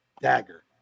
dagger